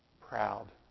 proud